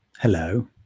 Hello